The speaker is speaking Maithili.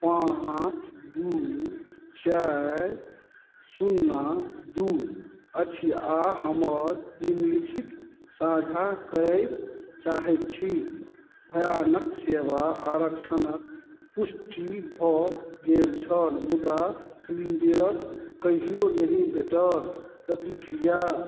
पाँच दुइ चारि सुन्ना दुइ अछि आओर हमर निम्नलिखित साझा करै चाहै छी भयानक सेवा आरक्षणके पुष्टि भऽ गेल छल मुदा सिलेण्डरक कहिओ नहि भेटल प्रतिक्रिया